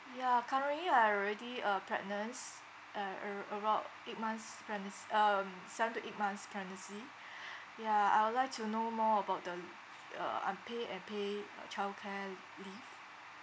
ya currently I already uh pregnants uh ar~ around eight months pregnanc~ um seven to eight months pregnancy ya I would like to know more about the l~ uh unpay and pay uh childcare l~ leave